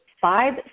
five